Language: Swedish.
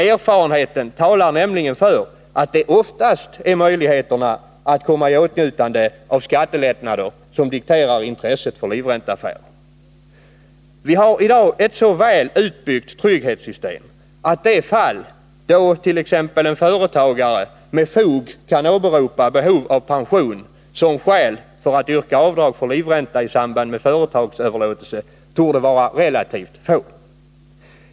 Erfarenheten talar nämligen för att det oftast är möjligheterna att komma i åtnjutande av skattelättnader som dikterar intresset för livränteaffärer. Vi har i dag ett så väl utbyggt trygghetssystem att de fall då t.ex. en företagare med fog kan åberopa behov av pension som skäl för att yrka avdrag för livränta i samband med företagsöverlåtelse torde vara relativt få.